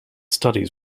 studies